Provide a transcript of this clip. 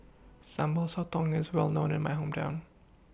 Sambal Sotong IS Well known in My Hometown